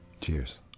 cheers